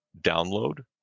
download